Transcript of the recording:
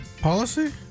policy